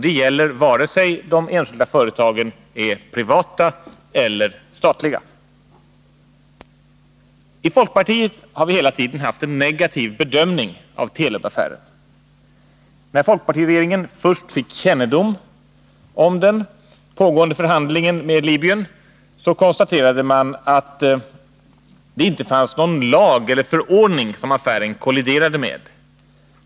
Det gäller vare sig de är privata eller statliga. I folkpartiet har vi hela tiden haft en negativ bedömning av Telub-affären. När folkpartiregeringen först fick kännedom om den pågående förhandlingen med Libyen konstaterade den, att det inte fanns någon lag eller förordning som affären kolliderade med.